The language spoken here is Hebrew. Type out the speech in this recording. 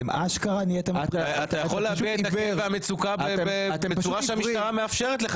אתה יכול להביע את הכאב והמצוקה בצורה שהמשטרה מאפשרת לך